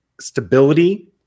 stability